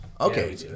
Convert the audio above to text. okay